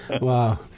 Wow